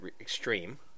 extreme